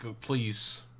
Please